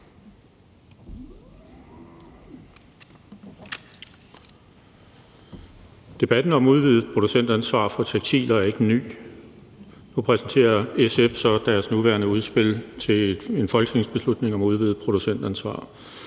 Debatten om udvidet producentansvar for tekstilproducenter er ikke ny. Nu præsenterer SF så deres forslag til folketingsbeslutning om udvidet producentansvar.